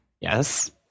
Yes